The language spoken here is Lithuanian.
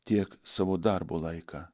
tiek savo darbo laiką